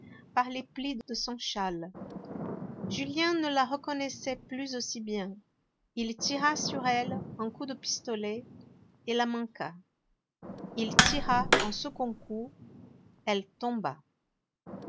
par les plis de son châle julien ne la reconnaissait plus aussi bien il tira sur elle un coup de pistolet et la manqua il tira un second coup elle tomba